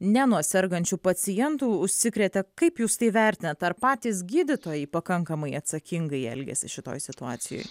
ne nuo sergančių pacientų užsikrėtė kaip jūs tai vertinat ar patys gydytojai pakankamai atsakingai elgiasi šitoj situacijoj